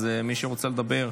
אז מי שרוצה לדבר,